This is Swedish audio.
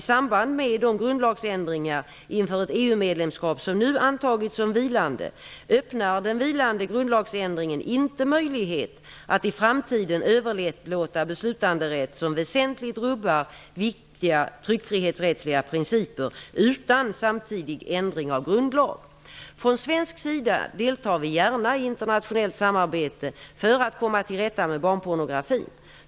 medlemskap som nu antagits som vilande, öppnar den vilande grundlagsändringen inte möjlighet att i framtiden överlåta beslutanderätt som väsentligt rubbar viktiga tryckfrihetsrättsliga principer utan samtidig ändring av grundlag. Från svensk sida deltar vi gärna i internationellt samarbete för att komma till rätta med barnpornografin.